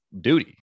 duty